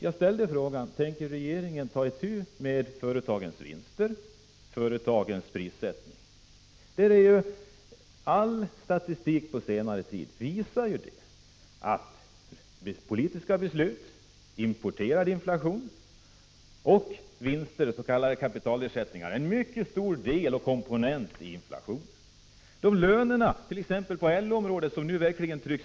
Jag ställde frågan: Tänker regeringen ta itu med företagens vinster och företagens prissättning? All statistik från senare tid visar att politiska beslut, importerad inflation och vinster, s.k. kapitalersättningar, är en mycket stor komponent när det gäller inflationen. Lönerna på t.ex. LO-området trycks verkligen till.